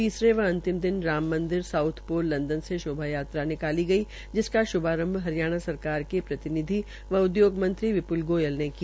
तीसरे व अंतिम दिन Ram Mandir south pole London से शोभा यात्रा निकाली गई जिसका श्रभारंभ हरियाणा सरकार के प्रतिनिधि व उद्योगमंत्री विप्ल गोयल ने किया